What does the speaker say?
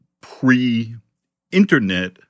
pre-internet